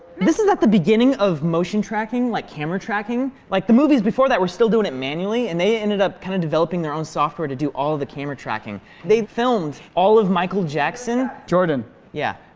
this is at the beginning of motion tracking like camera tracking like the movies before that were still doing it manually and they ended up kind of developing their own software to do all of the camera tracking they filmed all of michael jackson. jordan yeah,